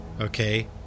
okay